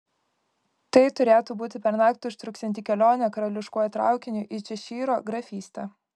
tai turėtų būti pernakt užtruksianti kelionė karališkuoju traukiniu į češyro grafystę